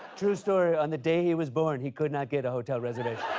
true story. on the day he was born, he could not get a hotel reservation.